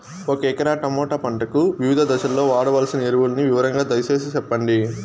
ఒక ఎకరా టమోటా పంటకు వివిధ దశల్లో వాడవలసిన ఎరువులని వివరంగా దయ సేసి చెప్పండి?